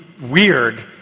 weird